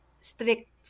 strict